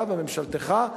אתה וממשלתך,